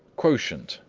quotient,